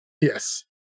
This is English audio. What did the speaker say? Yes